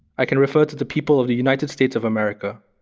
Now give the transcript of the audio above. i can refer to the people of the united states of america,